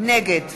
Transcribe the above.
נגד